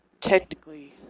technically